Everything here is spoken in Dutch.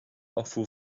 afvoer